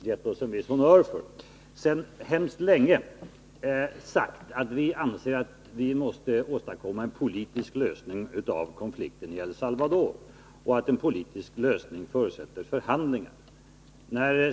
gett oss en viss honnör för — sedan länge uttalat att en politisk lösning av konflikten i El Salvador måste åstadkommas och att en politisk lösning förutsätter förhandlingar.